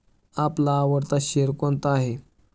आपला आवडता शेअर कोणता आहे?